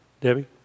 Debbie